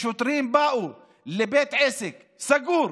כששוטרים באו לבית עסק סגור,